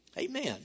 Amen